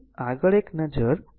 તેથી આગળ એક નજર